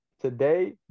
Today